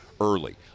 early